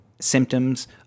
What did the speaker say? symptoms